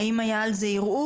האם היה על זה ערעור?